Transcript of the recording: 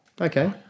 Okay